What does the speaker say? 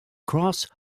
cross